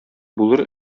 булыр